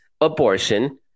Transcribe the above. abortion